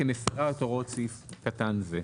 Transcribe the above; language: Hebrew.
כמפרה את הוראות סעיף קטן זה.